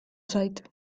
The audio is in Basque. zait